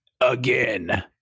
again